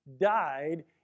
died